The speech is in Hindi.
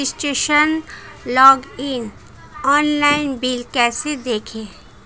रजिस्ट्रेशन लॉगइन ऑनलाइन बिल कैसे देखें?